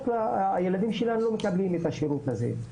הילדים שלנו לא מקבלים את השירות הזה.